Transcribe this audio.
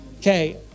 Okay